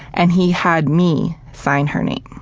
and he had me sign her name.